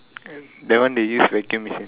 that one they use vacuum machine